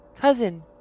Cousin